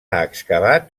excavat